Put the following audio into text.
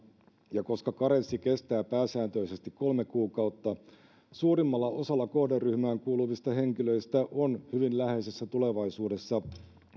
ja koska karenssi kestää pääsääntöisesti kolme kuukautta suurimmalla osalla kohderyhmään kuuluvista henkilöistä on hyvin läheisessä tulevaisuudessa